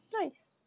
Nice